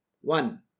One